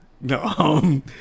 No